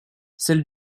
celle